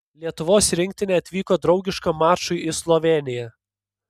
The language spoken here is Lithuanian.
lietuvos rinktinė atvyko draugiškam mačui į slovėniją